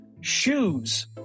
shoes